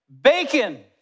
bacon